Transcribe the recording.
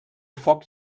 foc